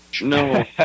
No